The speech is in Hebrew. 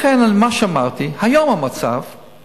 לכן, מה שאמרתי, היום המצב הוא